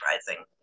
surprising